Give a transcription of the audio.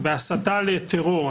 בהסתה לטרור,